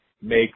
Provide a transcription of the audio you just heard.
make